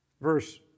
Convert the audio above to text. Verse